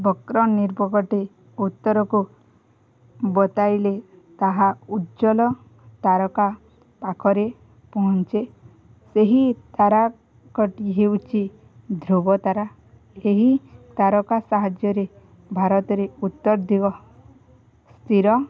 ବକ୍ର ଉତ୍ତରକୁ ବତାଇଲେ ତାହା ଉଜ୍ଜ୍ଵଳ ତାରକା ପାଖରେ ପହଞ୍ଚେ ସେହି ତାରାକଟି ହେଉଛି ଧ୍ରୁବ ତାରା ଏହି ତାରକା ସାହାଯ୍ୟରେ ଭାରତରେ ଉତ୍ତର ଦିଗ ସ୍ଥିର